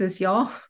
y'all